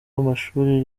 w’amashuri